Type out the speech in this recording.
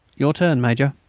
your turn, major.